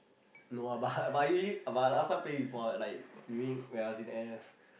no ah but but I usually but I last time play before lah like during when I was in N_S